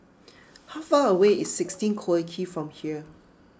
how far away is Sixteen Collyer Quay from here